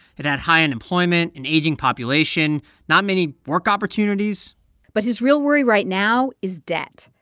it had high unemployment, an aging population, not many work opportunities but his real worry right now is debt.